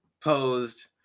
posed